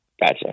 Gotcha